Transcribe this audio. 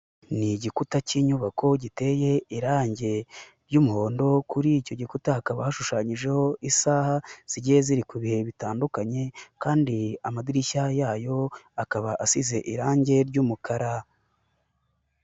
Ni igikuta k'inyubako giteye irange ry'umuhondo kuri icyo gikuta hakaba hashushanyijeho isaha zigiye ziri ku bihe bitandukanye kandi amadirishya yayo akaba asize irange ry'umukara.